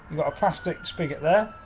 a plastic spigot there,